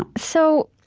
um so,